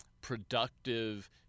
productive